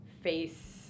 face